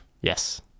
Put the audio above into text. yes